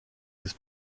des